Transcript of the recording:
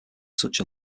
such